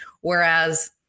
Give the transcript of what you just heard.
Whereas